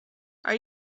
are